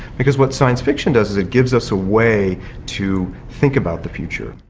because what science fiction does, is it gives us a way to think about the future.